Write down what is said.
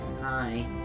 Hi